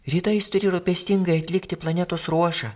rytais turi rūpestingai atlikti planetos ruošą